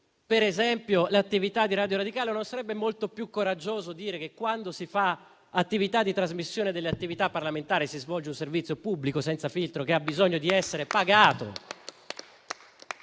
2 milioni, l'attività di Radio radicale? Non sarebbe molto più coraggioso dire che, quando si fa attività di trasmissione delle attività parlamentari, si svolge un servizio pubblico senza filtro, che ha bisogno di essere pagato?